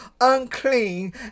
unclean